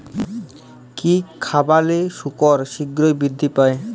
কি খাবালে শুকর শিঘ্রই বৃদ্ধি পায়?